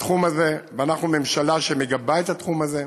בתחום הזה, ואנחנו ממשלה שמגבה את התחום הזה,